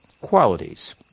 qualities